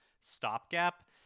stopgap